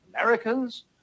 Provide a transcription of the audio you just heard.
Americans